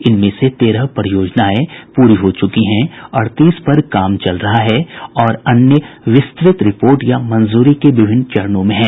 इनमें से तेरह परियोजनाएं पूरी हो चुकी हैं अड़तीस का काम चल रहा है और अन्य विस्तृत रिपोर्ट या मंजूरी के विभिन्न चरणों में है